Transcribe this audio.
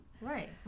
right